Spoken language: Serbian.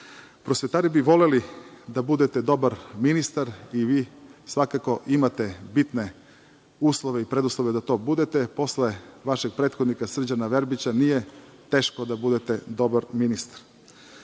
ništa. Prosvetari bi voleli da budete dobar ministar i vi svakako imate bitne preduslove da to budete, posle vašeg prethodnika Srđana Verbića nije teško da budete dobar ministar. Ako